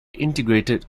integrated